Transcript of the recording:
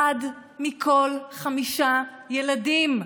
אחד מכל חמישה ילדים.